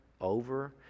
over